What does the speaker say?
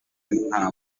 nta